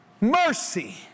mercy